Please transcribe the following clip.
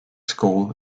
school